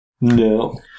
No